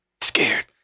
Scared